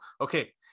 Okay